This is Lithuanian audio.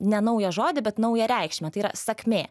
ne naują žodį bet naują reikšmę tai yra sakmė